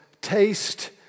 taste